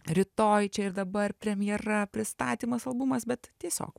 rytoj čia ir dabar premjera pristatymas albumas bet tiesiog